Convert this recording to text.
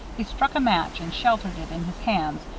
he struck a match and sheltered it in his hands,